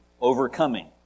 overcoming